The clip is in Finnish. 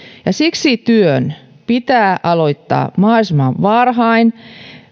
ja siksi työ pitää aloittaa mahdollisimman varhain